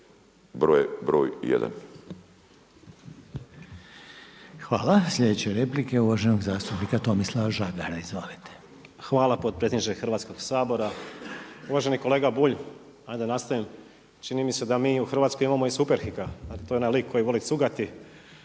(HDZ)** Hvala. Sljedeća replika je uvaženog zastupnika Tomislava Žagara. Izvolite. **Žagar, Tomislav (Nezavisni)** Hvala potpredsjedniče Hrvatskog sabora. Uvaženi kolega Bulj, aj da nastavim, čini mi se da mi u Hrvatskoj imamo i Superhika, a to je onaj lik koji voli cugati,